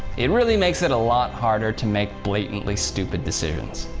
it really makes it a lot harder to make blatantly stupid decisions.